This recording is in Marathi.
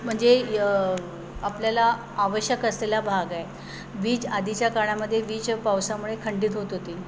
म्हणजे य आपल्याला आवश्यक असलेला भाग आहे वीज आधीच्या काळामध्ये वीज पावसामुळे खंडित होत होती